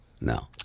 No